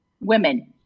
Women